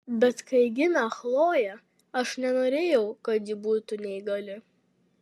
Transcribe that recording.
bet kai gimė chlojė aš nenorėjau kad ji būtų neįgali